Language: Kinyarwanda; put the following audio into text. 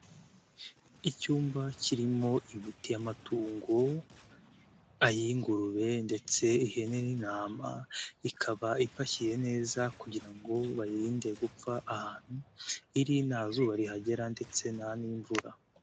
Icyumba kirimo imiti y'amatungo, ay'ingurube ndetse ihene n'intama, ikaba ipakiye neza kugira ngo bayirinde gupfa, ahantu iri nta zuba rihagera ndetse nta n'imvura.